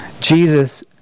Jesus